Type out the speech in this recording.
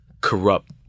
corrupt